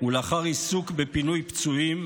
ולאחר עיסוק בפינוי פצועים